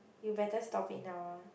you better stop it now ah